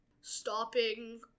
stopping